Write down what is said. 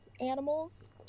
animals